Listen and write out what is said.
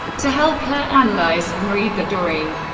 to help her analyze and read the jury.